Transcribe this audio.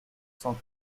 cent